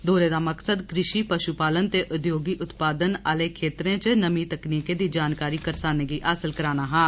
दौरे दा मकसद कृषि पश् पालन ते उद्योगी उत्पादन आलें खेतरें च नमीं तकनीकें दी जानकारी करसानें गी हासिल कराना हा